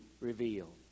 revealed